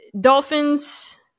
Dolphins